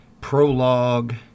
prologue